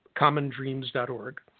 commondreams.org